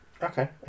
Okay